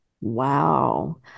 wow